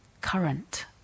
current